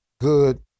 good